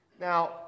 Now